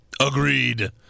Agreed